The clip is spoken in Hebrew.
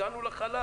נכון, הגענו לחלל,